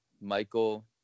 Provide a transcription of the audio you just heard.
Michael